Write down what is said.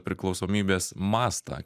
priklausomybės mastą